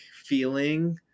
feeling